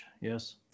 yes